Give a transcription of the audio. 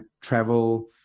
travel